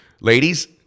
Ladies